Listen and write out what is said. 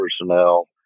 personnel